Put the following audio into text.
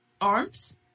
arms